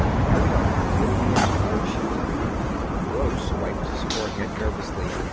carried on through the entire ship gross wiped his forehead nervously.